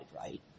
right